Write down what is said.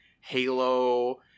Halo